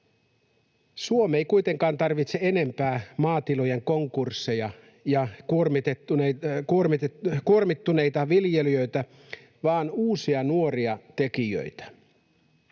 Suomi ei kuitenkaan tarvitse enempää maatilojen konkursseja ja kuormittuneita viljelijöitä vaan uusia nuoria tekijöitä.